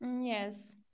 Yes